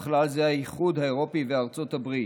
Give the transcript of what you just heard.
ובכלל זה האיחוד האירופי וארצות הברית.